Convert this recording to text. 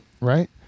right